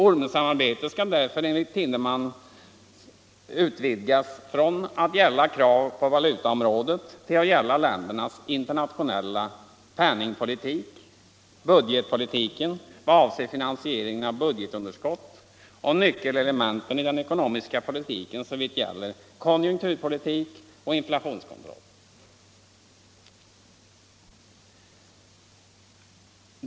Ormensamarbetet skall därför enligt Tindemans utvidgas från att gälla krav på valutakursområdet till att gälla ländernas interna penningpolitik, budgetpolitiken, vad avser finansieringen av budgetunderskott och nyckelelementen i den ekonomiska politiken såvitt gäller konjunkturpolitik och inflationskontroll.